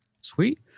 Sweet